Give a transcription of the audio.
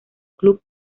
club